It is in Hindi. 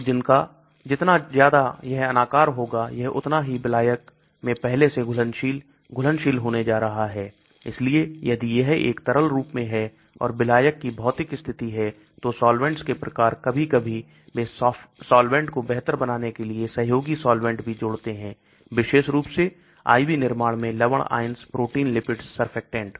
तो जितना ज्यादा यह अनाकार होगा यह उतना ही विलायक में पहले से घुलनशील घुलनशील होने जा रहा है इसलिए यदि यह एक तरल रूप में है और विलायक की भौतिक स्थिति है तो सॉल्वेंट्स के प्रकार कभी कभी वे सॉल्वेंट को बेहतर बनाने के लिए सहयोगी सॉल्वेंट भी जोड़ते हैं विशेष रूप से IV निर्माण में लवण ions प्रोटीन lipids सर्फेक्टेंट